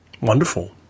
Wonderful